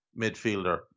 midfielder